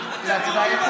להצביע.